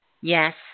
Yes